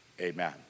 Amen